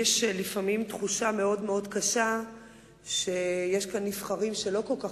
לפעמים יש לי תחושה קשה מאוד שיש כאן נבחרים שלא כל כך